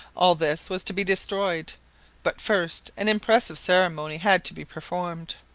all this was to be destroyed but first an impressive ceremony had to be performed.